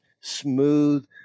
smooth